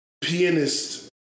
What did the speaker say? pianist